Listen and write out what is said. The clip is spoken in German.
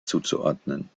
zuzuordnen